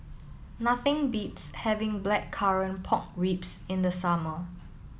nothing beats having Blackcurrant Pork Ribs in the summer